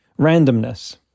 randomness